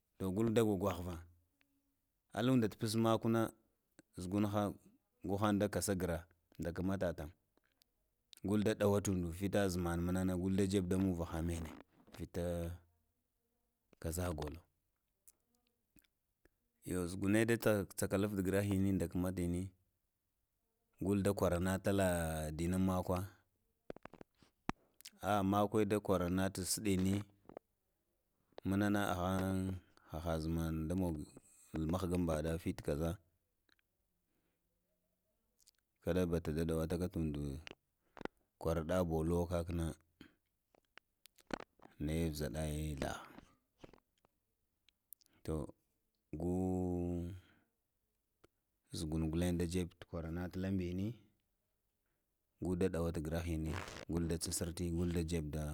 Gul da gwagwahva alunda ta pus makwa zugaaha kasa gra nda kamatatan gul nda kasa gra gal nda ɗawa tuudu, vita zman mna na gul nda jeba uvaha mene or gaza gothe e zugune yo zuguna nda tsaka luvta greni nda kmatini gul na kwarata la dinin magwa a a magwe ndata sɗeni muna na ahan zman nda mogo muhgan mbaɗa fit gaza, kaɗa bata da ɗawan uda, kwar ɗa gothlowo gagnai ne zɗayin to gli zugun gulen da jeb kwara ta la mbini gata ɗawa ta greni guta tsir sarti gulda dzebda